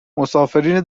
مسافرین